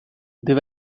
they